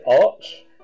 Arch